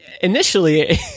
initially